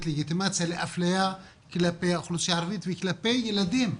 לגיטימציה לאפליה כלפי האוכלוסייה הערבית וכלפי ילדים.